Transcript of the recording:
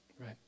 right